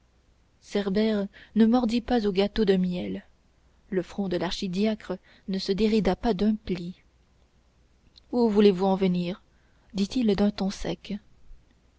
cerbère ne mordit pas au gâteau de miel le front de l'archidiacre ne se dérida pas d'un pli où voulez-vous en venir dit-il d'un ton sec